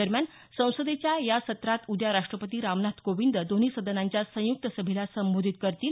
दरम्यान संसदेच्या या सत्रातउद्या राष्ट्रपती रामनाथ कोविंद दोन्ही सदनांच्या संयुक्त सभेला संबोधित करतील